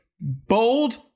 bold